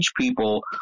people